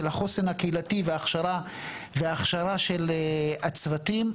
של החוסן הקהילתי וההכשרה של הצוותים.